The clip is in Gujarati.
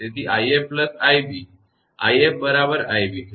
તેથી 𝑖𝑓 𝑖𝑏 𝑖𝑓 બરાબર 𝑖𝑏 છે